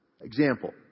Example